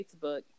Facebook